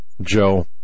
Joe